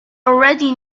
already